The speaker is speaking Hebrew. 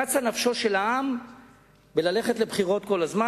קצה נפשו של העם בללכת לבחירות כל הזמן.